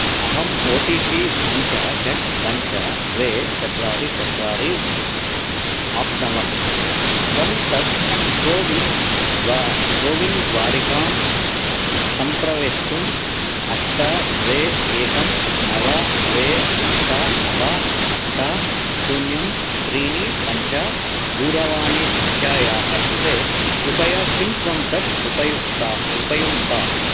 अहम् O T P पञ्च षट् पञ्च द्वे चत्वारि चत्वारि आप्नवं त्वं तत् कोविन् द्वा कोविन् द्वारिकां सम्प्रवेष्टुं अष्ट द्वे एकं नव द्वे अष्ट नव अष्ट शून्यं त्रीणि पञ्च दूरवाणीसङ्ख्यायाः कृते कृपया किं त्वं तत् उपयुक्ता उपयुङ्क्तात्